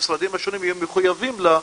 המשרדים השונים יהיו מחויבים לה,